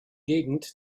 gegend